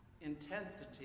intensity